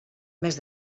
més